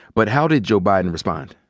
but how did joe biden respond?